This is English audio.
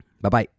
Bye-bye